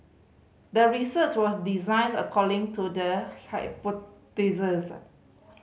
the research was designs according to the